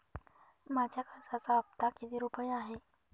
माझ्या कर्जाचा हफ्ता किती रुपये आहे?